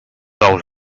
ous